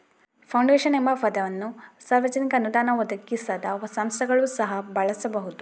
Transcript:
foundation ಎಂಬ ಪದವನ್ನು ಸಾರ್ವಜನಿಕ ಅನುದಾನ ಒದಗಿಸದ ಸಂಸ್ಥೆಗಳು ಸಹ ಬಳಸಬಹುದು